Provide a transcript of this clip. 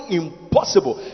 impossible